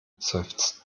seufzt